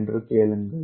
என்று கேளுங்கள்